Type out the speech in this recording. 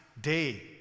day